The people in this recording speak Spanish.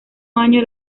año